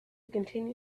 continue